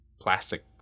plastic